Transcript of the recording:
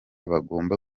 bagomba